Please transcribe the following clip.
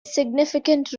significant